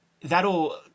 that'll